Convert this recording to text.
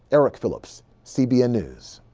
eric phillips, cbn news.